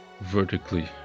vertically